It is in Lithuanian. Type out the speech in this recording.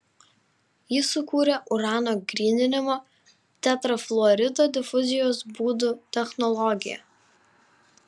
jis sukūrė urano gryninimo tetrafluorido difuzijos būdu technologiją